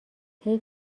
حیف